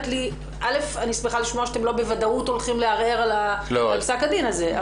קודם כל אני שמחה לשמוע שאתם לא בוודאות הולכים לערער על פסק הדין הזה,